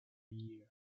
year